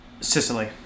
Sicily